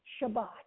Shabbat